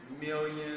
million